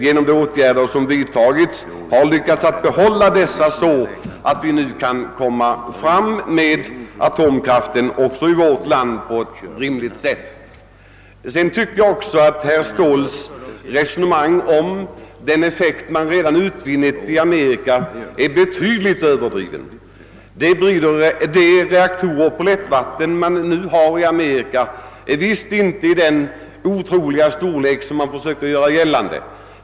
Genom de åtgärder som vidtagits har vi lyckats behålla dessa tekniker så att vi nu kan få fram atomkraft i vårt land på ett rimligt sätt. Jag tycker att herr Ståhls resonemang om den effekt man redan utvunnit i Amerika är betydligt överdrivet. De lättvattenreaktorer man nu har i Amerika är visst inte av den otroliga stor lek som man försöker göra gällande.